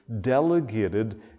delegated